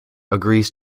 agrees